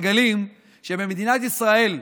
מגלים שבמדינת ישראל,